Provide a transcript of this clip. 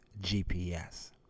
GPS